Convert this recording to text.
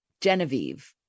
Genevieve